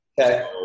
Okay